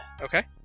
Okay